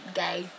gay